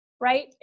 right